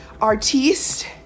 artiste